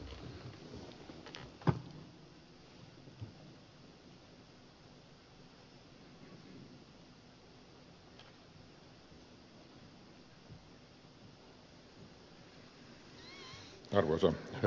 arvoisa herra puhemies